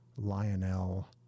Lionel